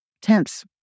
tense